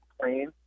plane